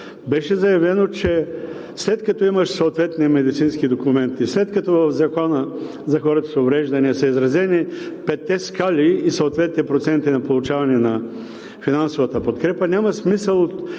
Беше заявено, че след като имаш съответния медицински документ и след като в Закона за хората с увреждания са изразени петте скали и съответните проценти на получаване на финансовата подкрепа, няма смисъл от